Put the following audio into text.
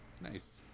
Nice